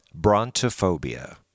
brontophobia